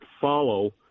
follow